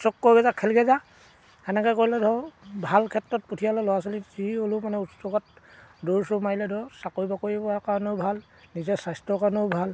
উচ্চক কৰগৈ যা খেলগৈ যা সেনেকৈ কৰিলে ধৰ ভাল ক্ষেত্ৰত পঠিয়ালে ল'ৰা ছোৱালী যি হ'লেও মানে উৎসকত দৌৰ চৌৰ মাৰিলে ধৰ চাকৰি বাকৰি পোৱাৰ কাৰণেও ভাল নিজৰ স্বাস্থ্যৰ কাৰণেও ভাল